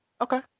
okay